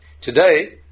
Today